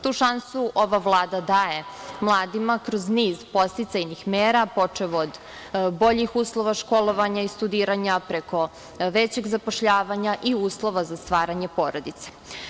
Tu šansu ova Vlada daje mladima kroz niz podsticajnih mera, počev od boljih uslova školovanja i studiranja preko većeg zapošljavanja i uslova za stvaranje porodice.